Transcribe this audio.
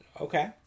Okay